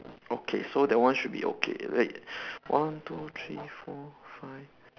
okay so that one should be okay right one two three four five